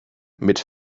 mit